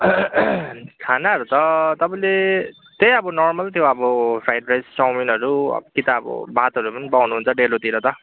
खानाहरू त तपाईँले त्यही अब नर्मल त्यही अब फ्राइड राइस चाउमिनहरू कि त अब भातहरू पनि पाउनुहुन्छ डेलोतिर त